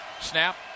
Snap